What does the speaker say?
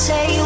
Say